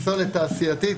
פסולת תעשייתית,